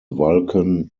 vulcan